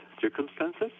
circumstances